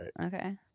okay